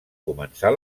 començar